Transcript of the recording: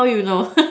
how you know